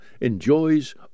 enjoys